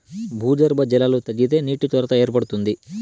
భూగర్భ జలాలు తగ్గితే నీటి కొరత ఏర్పడుతుంది